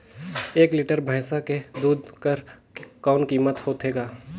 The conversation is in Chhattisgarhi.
एक लीटर भैंसा के दूध कर कौन कीमत होथे ग?